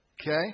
Okay